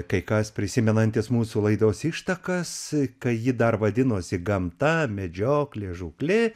kai kas prisimenantis mūsų laidos ištakas kai ji dar vadinosi gamta medžioklė žūklė